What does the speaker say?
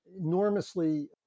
enormously